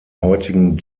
heutigen